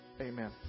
Amen